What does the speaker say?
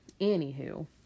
anywho